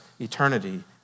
eternity